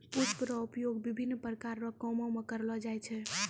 पुष्प रो उपयोग विभिन्न प्रकार रो कामो मे करलो जाय छै